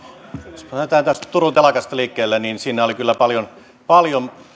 jos me lähdemme tästä turun telakasta liikkeelle niin siinä oli kyllä paljon paljon